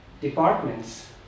departments